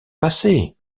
passée